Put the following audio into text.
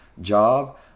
job